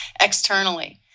externally